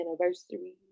anniversary